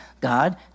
God